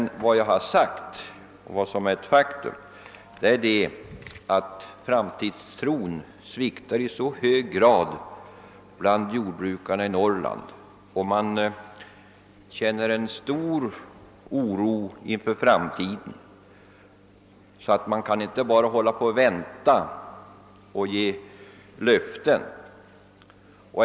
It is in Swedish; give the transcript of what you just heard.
Vad jag har sagt och vad som är ett faktum det är att framtidstron sviktar i hög grad bland jordbrukarna i Norrland som hyser en så stor oro för framtiden, att de inte längre bara kan vänta och tro på löften.